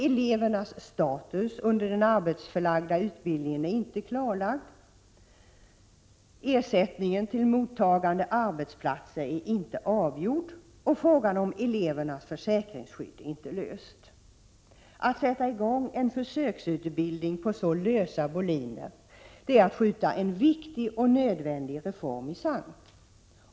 Elevernas status under den arbetsförlagda utbildningen är inte klarlagd. Ersättningen till mottagande arbetsplatser är inte avgjord, och frågan om elevernas försäkringsskydd är inte löst. Att sätta i gång en försöksutbildning på så lösa boliner är att skjuta en viktig och nödvändig reform i sank.